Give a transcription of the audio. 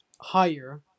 higher